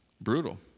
Brutal